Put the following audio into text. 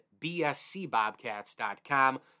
bscbobcats.com